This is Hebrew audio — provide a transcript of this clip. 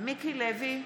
מיקי לוי,